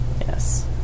Yes